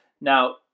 Now